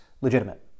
legitimate